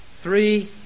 three